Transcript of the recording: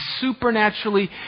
supernaturally